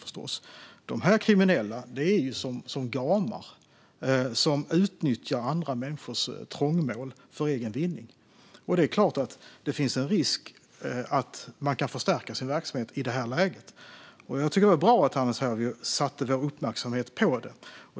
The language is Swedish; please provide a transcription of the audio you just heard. Dessa kriminella är som gamar och utnyttjar andras trångmål för egen vinning, och givetvis finns det en risk att de förstärker sin verksamhet i detta läge. Det är därför bra att Hannes Hervieu uppmärksammar detta.